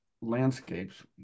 landscapes